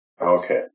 Okay